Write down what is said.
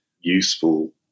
useful